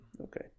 Okay